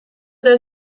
their